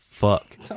fuck